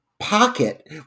pocket